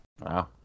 Wow